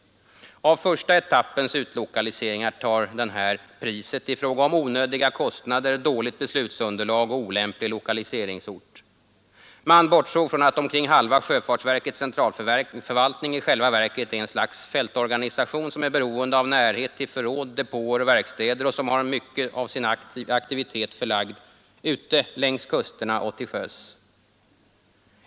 Av första etappens utlokaliseringar tar detta priset i fråga om onödiga kostnader, dåligt beslutsunderlag och olämplig lokaliseringsort. Man har där bortsett från att omkring halva sjöfartsverkets centralförvaltning faktiskt är ett slags fältorganisation, som är beroende av närhet till förråd, depåer och verkstäder och som har mycket av sin aktivitet förlagd ute längs kusterna och till sjöss.